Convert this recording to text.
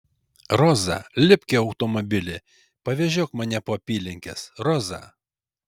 roza lipk į automobilį pavežiok mane po apylinkes roza